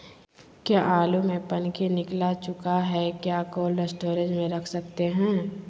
क्या आलु में पनकी निकला चुका हा क्या कोल्ड स्टोरेज में रख सकते हैं?